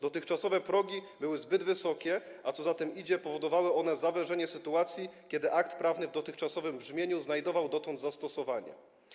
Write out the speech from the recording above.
Dotychczasowe progi były zbyt wysokie, a co za tym idzie, powodowały one zawężenie zakresu przypadków, w których akt prawny w dotychczasowym brzmieniu znajdował dotąd zastosowanie.